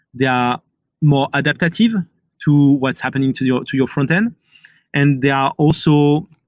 they are more adaptive to what's happening to your to your frontend and they are also